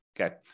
Okay